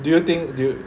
do you think do you